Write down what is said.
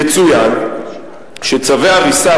יצוין שצווי הריסה,